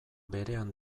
berean